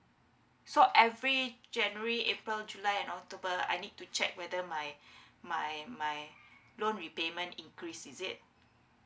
so every january april july and october I need to check whether my my my loan repayment increase is it